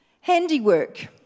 Handiwork